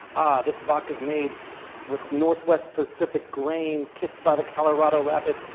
ah, this vodka's made with northwest pacific grains kissed by the colorado rapids,